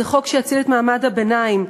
זה חוק שיציל את מעמד הביניים,